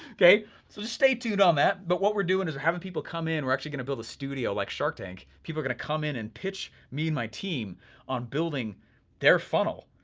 so just stay tuned on that. but what we're doing is we're having people come in, we're actually gonna build a studio like shark tank, people are gonna come in and pitch me and my team on building their funnel,